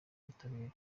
ubutabera